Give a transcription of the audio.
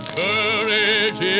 courage